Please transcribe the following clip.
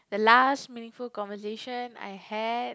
the last meaningful conversation I had